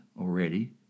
already